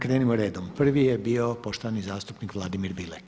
Krenimo redom, prvi je bio poštovani zastupnik Vladimir Bilek.